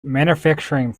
manufacturing